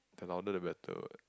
the louder the better what